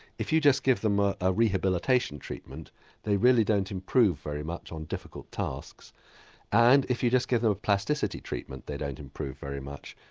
if you just give them a ah rehabilitation treatment they really don't improve very much on difficult tasks and if you just give them a plasticity treatment they don't improve very much.